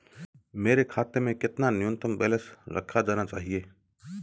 मेरे खाते में कितना न्यूनतम बैलेंस रखा जाना चाहिए?